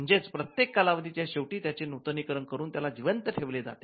म्हणजेच प्रत्येक कालावधी च्या शेवटी त्याचे नूतनीकरण करून त्याला जिवंत ठेवले जाते